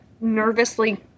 nervously